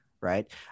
right